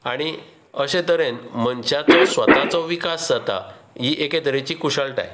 आनी अशें तरेन मनशाचो स्वताचो विकास जाता ही एकेतरेची कुशळटाय